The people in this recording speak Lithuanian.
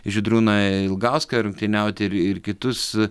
žydrūną ee ilgauską rungtyniauti ir ir kitus